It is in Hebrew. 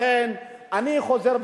לכן אני חוזר,